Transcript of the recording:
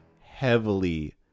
heavily